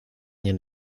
nie